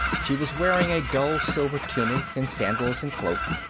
she was wearing a dull silver tunic and sandals and cloak.